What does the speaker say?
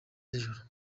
z’ijoro